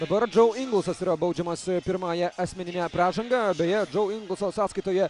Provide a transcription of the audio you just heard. dabar džeu ingelsas yra baudžiamas pirmąja asmenine pražanga beje džau ingelso sąskaitoje